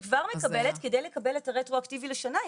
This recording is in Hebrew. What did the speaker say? היא כבר מקבלת כדי לקבל את הרטרואקטיבית לשנה,